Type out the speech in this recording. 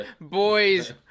Boys